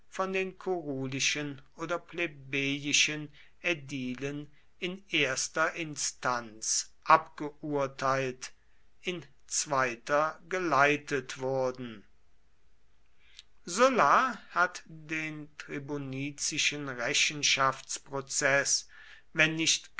von den kurulischen oder plebejischen ädilen in erster instanz abgeurteilt in zweiter geleitet wurden sulla hat den tribunizischen rechenschaftsprozeß wenn nicht